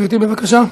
גברתי, בבקשה.